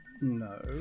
No